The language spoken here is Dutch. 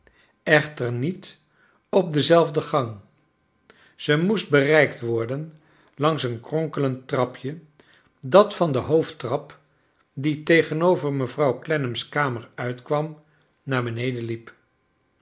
echter niet op dezelfde gang ze moest bereikt worden langs een kronkelend trapje dat van de hoofdtrap die tegenover mevrouw clennam's kamer uitkwam naar beneden liep